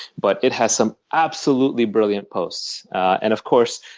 but it has some absolutely brilliant posts. and of course,